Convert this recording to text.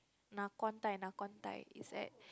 Nakhon Thai Nakhon Thai is that